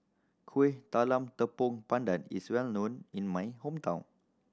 Kuih Talam Tepong Pandan is well known in my hometown